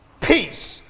peace